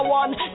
one